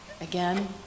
again